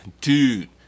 Dude